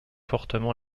fortement